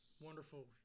wonderful